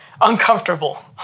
uncomfortable